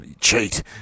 cheat